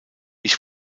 ich